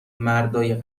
مردای